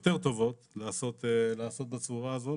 יותר טובות לעשות בצורה הזו,